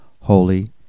holy